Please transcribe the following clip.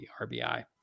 RBI